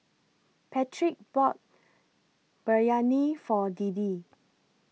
Patric bought Biryani For Deedee